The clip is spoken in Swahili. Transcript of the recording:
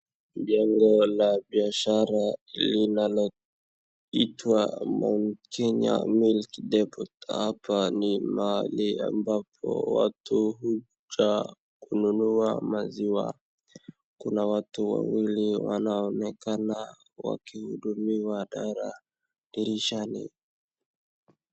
Jengo la biashara linaloitwa Mount Kenya Milk Depot . Hapa ni mahali ambapo watu huja kununua maziwa. Kuna watu wawili wanaonekana wakihudumiwa dirishani.